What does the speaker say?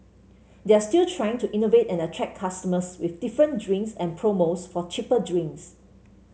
they're still trying to innovate and attract customers with different drinks and promos for cheaper drinks